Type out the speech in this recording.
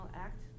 act